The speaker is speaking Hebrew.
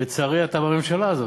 לצערי אתה בממשלה הזאת.